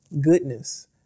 goodness